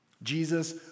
Jesus